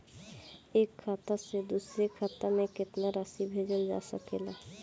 एक खाता से दूसर खाता में केतना राशि भेजल जा सके ला?